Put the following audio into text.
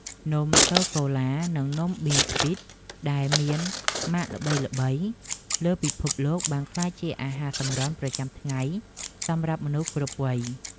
នំសូកូឡានិងនំប៊ីស្គីតដែលមានម៉ាកល្បីៗលើពិភពលោកបានក្លាយជាអាហារសម្រន់ប្រចាំថ្ងៃសម្រាប់មនុស្សគ្រប់វ័យ។